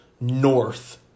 north